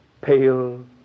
pale